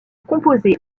composé